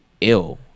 ill